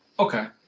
okay.